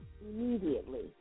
immediately